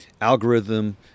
algorithm